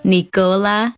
Nicola